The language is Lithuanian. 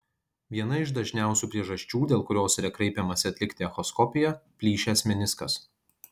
viena iš dažniausių priežasčių dėl kurios yra kreipiamasi atlikti echoskopiją plyšęs meniskas